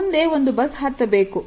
ಮುಂದೆ ಒಂದು ಬಸ್ ಹತ್ತಬೇಕು